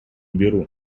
беру